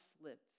slipped